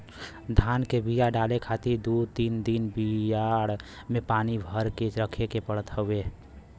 धान के बिया डाले खातिर दू तीन दिन बियाड़ में पानी भर के रखे के पड़त हउवे